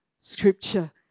scripture